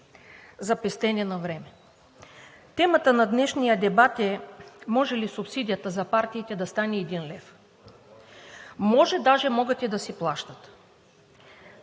за пестене на време. Темата на днешния дебат е може ли субсидията за партиите да стане един лев – може, даже могат и да си плащат.